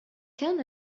كان